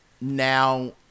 now